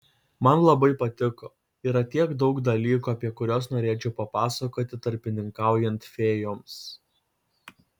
man labai patiko yra tiek daug dalykų apie kuriuos norėčiau papasakoti tarpininkaujant fėjoms